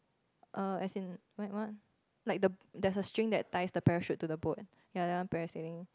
err as in like what like the there's a string that ties the parachute to the boat ya that one parasailing